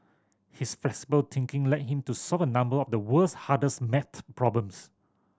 his flexible thinking led him to solve a number of the world's hardest maths problems